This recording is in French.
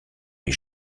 les